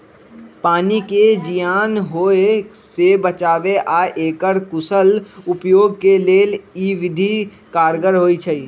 पानी के जीयान होय से बचाबे आऽ एकर कुशल उपयोग के लेल इ विधि कारगर होइ छइ